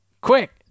Quick